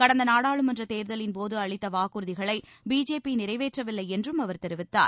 கடந்த நாடாளுமன்ற தேர்தலின்போது அளித்த வாக்குறுதிகளை பிஜேபி நிறைவேற்றவில்லை என்றும் அவர் தெரிவித்தார்